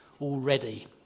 already